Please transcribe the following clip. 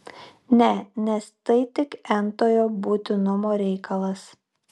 ne nes tai tik n tojo būtinumo reikalas